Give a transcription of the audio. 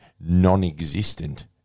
non-existent